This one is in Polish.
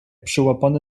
przyłapany